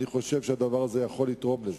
אני חושב שהדבר הזה יכול לתרום לזה.